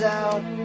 out